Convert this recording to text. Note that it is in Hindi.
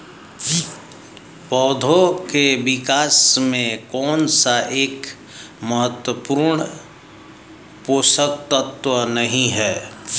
पौधों के विकास में कौन सा एक महत्वपूर्ण पोषक तत्व नहीं है?